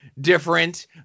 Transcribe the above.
different